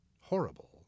Horrible